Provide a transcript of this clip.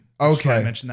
Okay